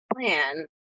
plan